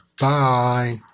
bye